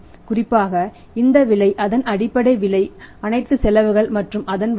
குறிப்பாக இந்த விலை அதன் அடிப்படை விலைஅனைத்து செலவுகள் மற்றும் அதன் வட்டி